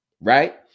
right